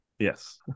Yes